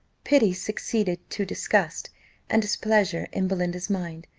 pity succeeded to disgust and displeasure in belinda's mind,